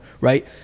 right